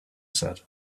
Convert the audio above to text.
said